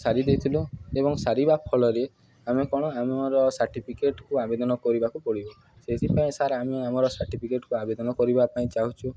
ସାରିଦେଇଥିଲୁ ଏବଂ ସାରିବା ଫଳରେ ଆମେ କ'ଣ ଆମର ସାର୍ଟିଫିକେଟ୍କୁ ଆବେଦନ କରିବାକୁ ପଡ଼ିବ ସେଇଥିପାଇଁ ସାର୍ ଆମେ ଆମର ସାର୍ଟିଫିକେଟ୍କୁ ଆବେଦନ କରିବା ପାଇଁ ଚାହୁଁଛୁ